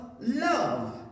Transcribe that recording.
love